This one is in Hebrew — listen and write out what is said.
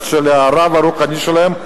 של הרב הרוחני שלהם,